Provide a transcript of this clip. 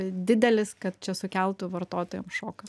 didelis kad čia sukeltų vartotojam šoką